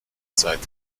seite